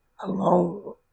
alone